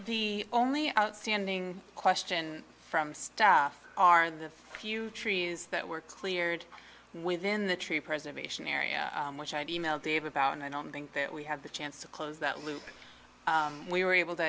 the only outstanding question from stuff are the few trees that were cleared within the tree preservation area which i'd be mailed dave about and i don't think that we have the chance to close that loop we were able to